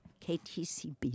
KTCB